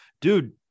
dude